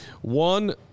One